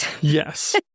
Yes